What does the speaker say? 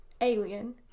alien